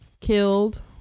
killed